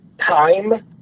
time